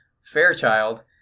Fairchild